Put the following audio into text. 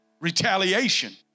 Retaliation